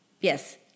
Yes